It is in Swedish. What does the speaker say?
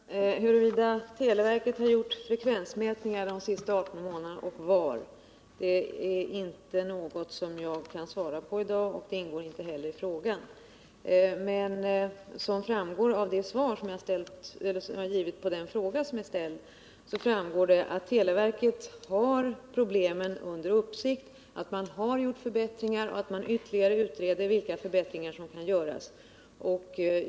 Herr talman! Huruvida och i så fall var televerket har gjort frekvensmätningar de senaste 18 månaderna kan jag inte svara på i dag, och de uppgifterna begärdes inte heller i frågan. Av det svar som jag har lämnat framgår det att televerket har problemen under uppsikt, att man har gjort förbättringar och att man utreder vilka förbättringar som ytterligare kan göras.